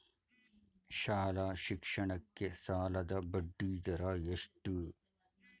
ಶಾಲಾ ಶಿಕ್ಷಣಕ್ಕೆ ಸಾಲದ ಬಡ್ಡಿದರ ಎಷ್ಟು?